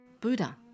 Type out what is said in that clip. Buddha